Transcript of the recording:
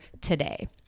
today